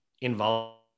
involved